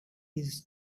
his